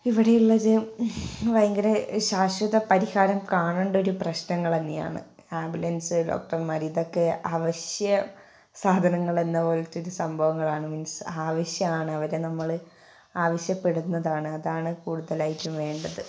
ഇവിടെ ഉള്ള ഒരു ഭയങ്കര ശാശ്വത പരിഹാരം കാണേണ്ട ഒരു പ്രശ്നങ്ങൾ തന്നെയാണ് ആംബുലൻസ് ഡോക്ടർമാർ ഇതൊക്കെ ആവശ്യ സാധനങ്ങളെന്ന പോലത്തെ ഒരു സംഭവങ്ങളാണ് മീൻസ് ആവശ്യമാണ് അവരെ നമ്മൾ ആവശ്യപ്പെടുന്നതാണ് അതാണ് കൂടുതലായിട്ടും വേണ്ടത്